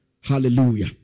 Hallelujah